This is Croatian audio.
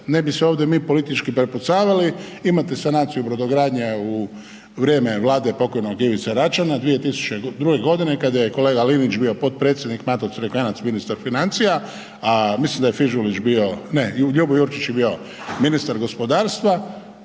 ne bi se ovdje mi politički prepucavali, imate sanaciju brodogradnja u vrijeme Vlade pokojnog Ivice Račana 2002. g. kada je kolega Linić bio potpredsjednik, Mato Crikvenac ministar financija, a mislim da je Fižulić bio, ne Ljubo Jurčić je bio ministar gospodarstva